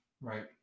Right